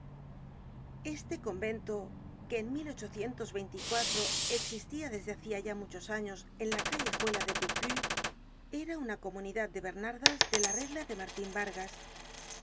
este convento que en existia desde hacia ya muchos años en la callejuela de picpus era una comunidad de bernardas de la regla de martin vargas